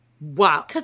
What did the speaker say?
Wow